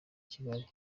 kigali